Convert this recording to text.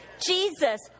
Jesus